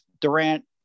Durant